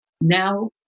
Now